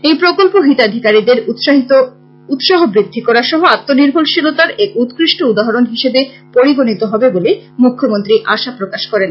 এইন প্রকল্প হিতাধীকারীদের উৎসাহ বৃদ্ধি করা সহ আত্মনির্ভরশীলতার এক উৎকৃষ্ট উদাহরণ হিসেবে পরিগণীত হবে বলে মুখ্যমন্ত্রী আশা প্রকাশ করেন